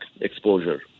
exposure